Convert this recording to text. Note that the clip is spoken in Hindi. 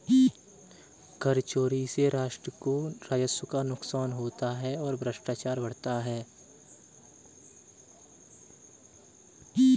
कर चोरी से राष्ट्र को राजस्व का नुकसान होता है और भ्रष्टाचार बढ़ता है